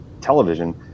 television